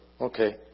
okay